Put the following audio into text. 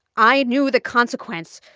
i knew the consequence,